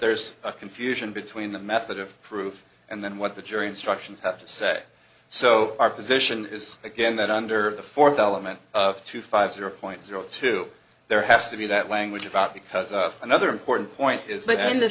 there's a confusion between the method of proof and then what the jury instructions have to say so our position is again that under the fourth element of two five zero point zero two there has to be that language about because of another important point is